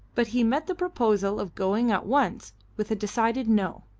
but he met the proposal of going at once with a decided no,